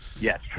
Yes